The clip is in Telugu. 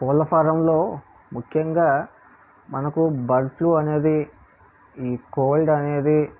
కోళ్ళ ఫారంలో ముఖ్యంగా మనకు బర్డ్ఫ్లూ అనేది ఈ కోల్డ్ అనేది